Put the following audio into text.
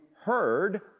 heard